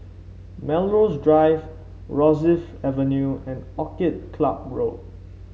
Melrose Drive Rosyth Avenue and Orchid Club Road